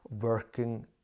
working